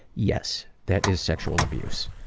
yes, that is sexual abuse.